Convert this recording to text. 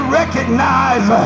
recognize